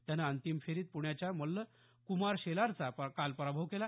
त्यांने अंतिम फेरीत प्ण्याच्या मल्ल कुमार शेलारचा पराभव केला